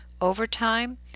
overtime